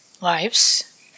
lives